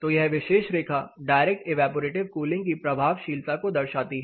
तो यह विशेष रेखा डायरेक्ट ईवैपोरेटिव कूलिंग की प्रभावशीलता को दर्शाती है